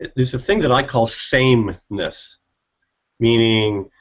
there's a thing that i call same-ness, meaning